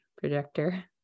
projector